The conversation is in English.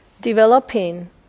developing